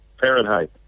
Fahrenheit